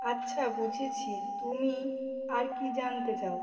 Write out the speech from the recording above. আচ্ছা বুঝেছি তুমি আর কী জানতে চাও